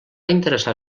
interessar